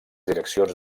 direccions